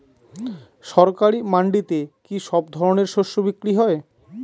সরকারি মান্ডিতে কি সব ধরনের শস্য বিক্রি হয়?